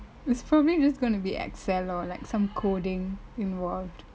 it's probably just gonna be excel or like some coding involved